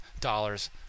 dollars